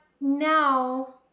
now